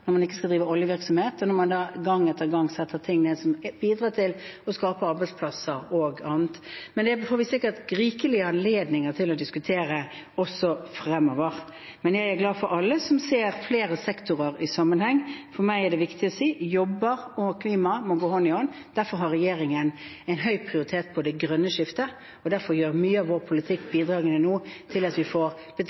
når man ikke skal drive oljevirksomhet, og når man gang etter gang foreslår å legge ned ting som bidrar til å skape arbeidsplasser og annet. Det får vi sikkert rikelig anledning til å diskutere også fremover – men jeg er glad for alle som ser flere sektorer i sammenheng. For meg er det viktig å si at jobber og klima må gå hånd i hånd, derfor har det grønne skiftet høy prioritet for regjeringen, og derfor fører mange av bidragene i vår politikk nå til at vi får